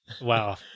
Wow